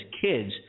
kids